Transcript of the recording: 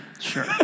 Sure